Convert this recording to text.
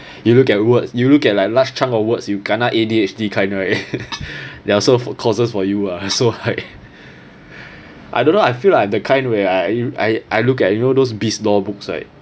you look at words you look at like large chunk of words you kena A_D_H_D kind right there are also courses for you ah so like I don't know I feel like I'm the kind where I I I look at you know those biz law books right